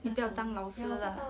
你不要当老师啦